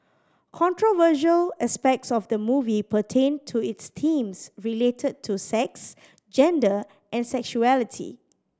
controversial aspects of the movie pertained to its themes related to sex gender and sexuality